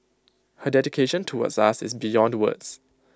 her dedication towards us is beyond words